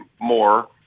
more